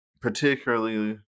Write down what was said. particularly